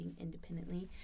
independently